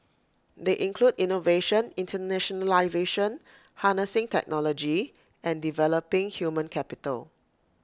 they include innovation internationalisation harnessing technology and developing human capital